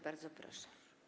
Bardzo proszę.